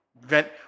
vent